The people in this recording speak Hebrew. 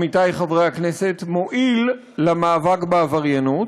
עמיתי חברי הכנסת, מועיל למאבק בעבריינות,